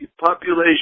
population